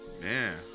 man